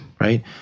Right